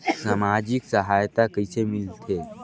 समाजिक सहायता कइसे मिलथे?